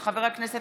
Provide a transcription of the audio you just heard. של חברי הכנסת